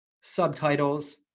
subtitles